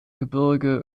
gebirge